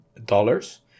dollars